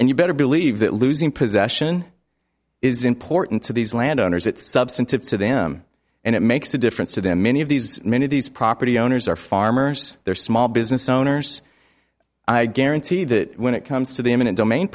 and you better believe that losing possession is important to these landowners it substantive to them and it makes a difference to them many of these many of these property owners are farmers they're small business owners i guarantee that when it comes to the eminent domain